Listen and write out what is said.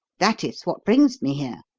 that is what brings me here.